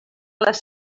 les